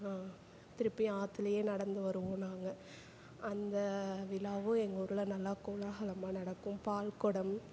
திருப்பி ஆற்றுலையே நடந்து வருவோம் நாங்கள் அந்த விழாவும் எங்கள் ஊரில் நல்லா கோலாகலமாக நடக்கும் பால்குடம்